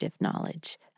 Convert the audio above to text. knowledge